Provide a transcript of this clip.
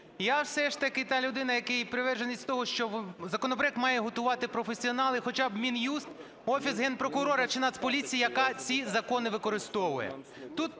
я все ж таки та людина, який є приверженец того, що законопроект має готувати професіонал, хоча б Мін'юст, Офіс Генпрокурора чи Нацполіція, яка ці закони використовує.